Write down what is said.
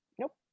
nope